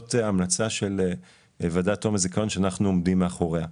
וזאת המלצה של ועדת תום הזיכיון שאנחנו עומדים מאחוריה.